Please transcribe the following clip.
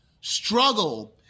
struggle